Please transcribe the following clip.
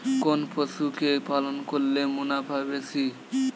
কোন পশু কে পালন করলে মুনাফা বেশি?